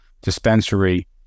dispensary